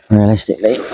Realistically